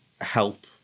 help